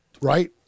right